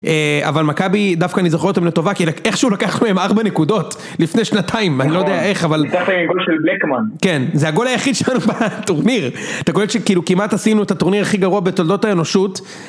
אבל מכבי, דווקא אני זוכר אותם לטובה, כי איכשהו לקחנו מהם ארבע נקודות לפני שנתיים, אני לא יודע איך אבל. נכון, זה הגול של בלקמן. כן, זה הגול היחיד שלנו בטורניר, אתה קולט שכמעט עשינו את הטורניר הכי גרוע בתולדות האנושות.